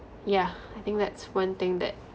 yeah I think that's one thing that